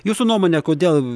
jūsų nuomone kodėl